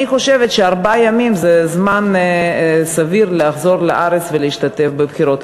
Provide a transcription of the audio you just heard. אני חושבת שארבעה ימים זה זמן סביר לחזור לארץ ולהשתתף בבחירות.